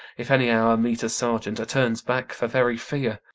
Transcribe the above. if any hour meet a sergeant, a turns back for very fear.